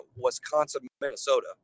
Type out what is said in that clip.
Wisconsin-Minnesota